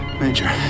major